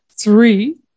Three